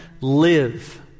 live